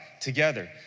together